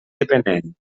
dependent